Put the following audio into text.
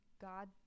God